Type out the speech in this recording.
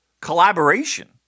collaboration